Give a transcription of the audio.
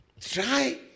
Try